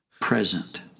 Present